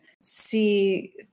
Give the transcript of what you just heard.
see